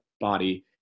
body